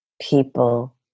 people